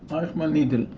eichmann needle.